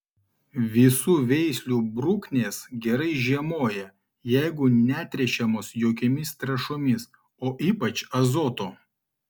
visų veislių bruknės gerai žiemoja jeigu netręšiamos jokiomis trąšomis o ypač azoto